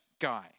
guy